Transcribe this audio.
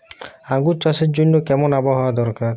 আঙ্গুর চাষের জন্য কেমন আবহাওয়া দরকার?